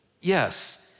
yes